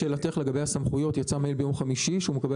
לשאלתך לגבי הסמכויות: יצא מייל ביום חמישי שהוא מקבל